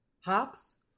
hops